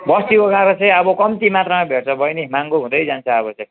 बस्तीको काँक्रा चाहिँ अब कम्ती मात्रामा भेट्छ बैनी महँगो हुँदै जान्छ अब चाहिँ